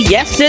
Yes